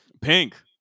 Pink